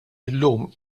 llum